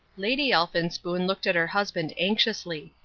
lady elphinspoon looked at her husband anxiously.